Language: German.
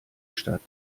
stadt